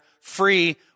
Free